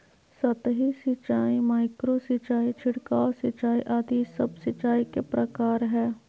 सतही सिंचाई, माइक्रो सिंचाई, छिड़काव सिंचाई आदि सब सिंचाई के प्रकार हय